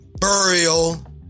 burial